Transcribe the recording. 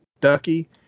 Ducky